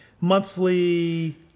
monthly